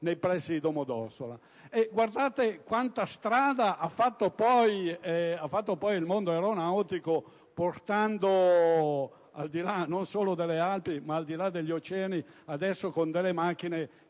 nei pressi di Domodossola. Guardate quanta strada ha fatto poi il mondo aeronautico, giungendo al di là non solo delle Alpi, ma degli oceani, con macchine